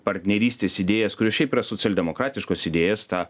partnerystės idėjas kurios šiaip yra socialdemokratiškos idėjos tą